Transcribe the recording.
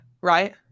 right